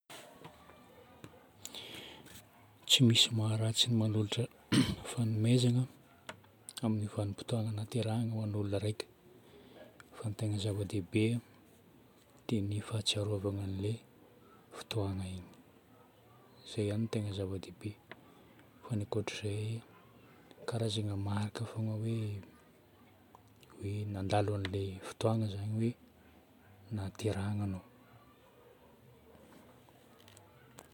Tsy misy maharatsy ny manolotra fagnomezana amin'ny vanim-potoana nahaterahagna ho an'ny ologna raiky, fa ny tegna zava-dehibe dia ny fahatsiarovagna ilay fotoagna igny. Zay ihany no tegna zava-dehibe fa ny ankoatra izay karazagna marika fôgna hoe, hoe nandalo an'ilay fotoagna zagny hoe nahaterahanao.